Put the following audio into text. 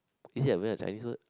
is it even a Chinese word